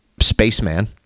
spaceman